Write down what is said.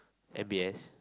M_B_S